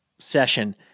session